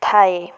ଥାଏ